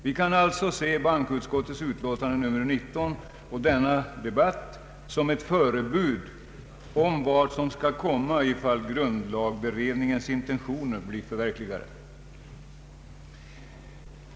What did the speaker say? Vi kan alltså se bankoutskottets utlåtande nr 19 och denna debatt såsom ett förebud om vad som skall komma om grundlagberedningens intentioner blir förverkligade.